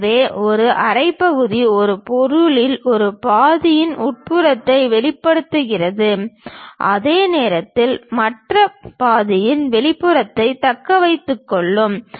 எனவே ஒரு அரை பகுதி ஒரு பொருளின் ஒரு பாதியின் உட்புறத்தை வெளிப்படுத்துகிறது அதே நேரத்தில் மற்ற பாதியின் வெளிப்புறத்தை தக்க வைத்துக் கொள்ளும்